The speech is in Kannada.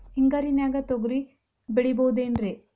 ಹಿಂಗಾರಿನ್ಯಾಗ ತೊಗ್ರಿ ಬೆಳಿಬೊದೇನ್ರೇ?